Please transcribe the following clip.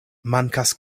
mankas